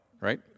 right